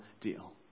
deal